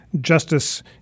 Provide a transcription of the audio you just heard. Justice